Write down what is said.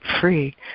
free